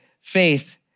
faith